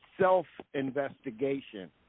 self-investigation